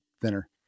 thinner